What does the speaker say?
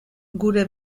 gure